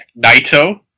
Naito